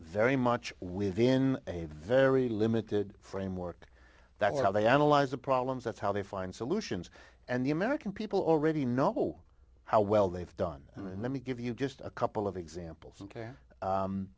very much within a very limited framework that's how they analyze the problems that's how they find solutions and the american people already know how well they've done and let me give you just a couple of examples ok